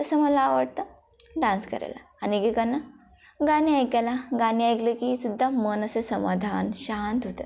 तसं मला आवडतं डान्स करायला आणि एकेकांना गाणी ऐकायला गाणी ऐकलं की सुद्धा मन असं समाधान शांत होतं